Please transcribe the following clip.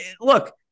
look